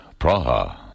Praha